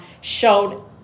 showed